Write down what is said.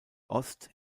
ost